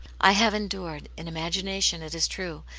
i have endured, in imagination, it is true,